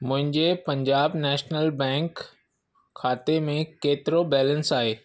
मुंहिंजे Punjab national bank खाते में केतिरो बैलेंस आहे